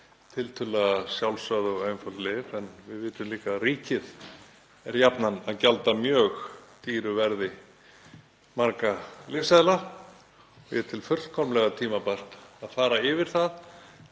tiltölulega sjálfsögð og einföld lyf. En við vitum líka að ríkið er jafnan að gjalda mjög dýru verði marga lyfseðla. Ég tel fullkomlega tímabært að fara yfir það